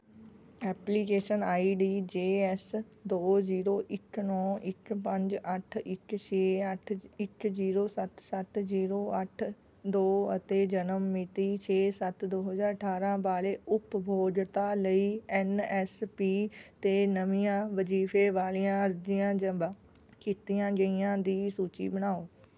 application I D J S ਦੋ zero ਇੱਕ ਨੌਂ ਇੱਕ ਪੰਜ ਅੱਠ ਇੱਕ ਛੇ ਅੱਠ ਇੱਕ ਜ਼ੀਰੋ ਸੱਤ ਸੱਤ ਜ਼ੀਰੋ ਅੱਠ ਦੋ ਅਤੇ ਜਨਮ ਮਿਤੀ ਛੇ ਸੱਤ ਦੋ ਹਜ਼ਾਰ ਅਠਾਰਾਂ ਵਾਲੇ ਉਪਭੋਗਤਾ ਲਈ ਐੱਨ ਐੱਸ ਪੀ ਅਤੇ ਨਵੀਆਂ ਵਜੀਫੇ ਵਾਲੀਆਂ ਅਰਜ਼ੀਆਂ ਜਮ੍ਹਾਂ ਕੀਤੀਆਂ ਗਈਆਂ ਦੀ ਸੂਚੀ ਬਣਾਓ